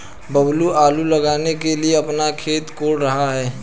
बबलू आलू लगाने के लिए अपना खेत कोड़ रहा है